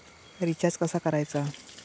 Recharge कसा करायचा?